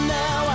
now